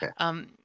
Okay